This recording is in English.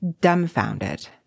dumbfounded